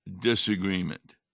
disagreement